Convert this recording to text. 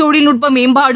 தொழில்நட்ப மேம்பாடு